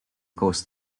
coast